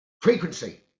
frequency